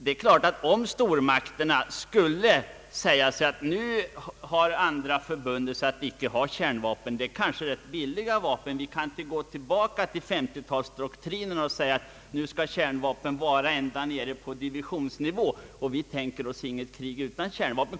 Men om stormakterna skulle säga så här: Nu har de andra förbundit sig att inte skaffa kärnvapen. Då kan vi gå tillbaka till 1950 talets doktrin, nämligen att kärnvapnen skall användas ända nere på divisionsnivå, och vi tänker oss inget krig utan kärnvapen!